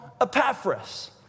Epaphras